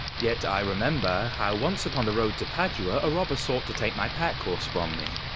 yet i remember how once upon the road to padua a robber sought to take my pack-horse from me,